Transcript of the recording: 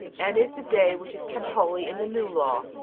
and is the day which is kept holy in the new law.